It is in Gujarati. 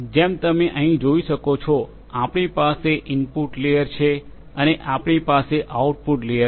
જેમ તમે અહીં જોઈ શકો છો આપણી પાસે ઇનપુટ લેયર છે અને આપણી પાસે આઉટપુટ લેયર છે